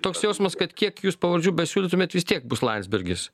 toks jausmas kad kiek jūs pavardžių besiūlytumėt vis tiek bus landsbergis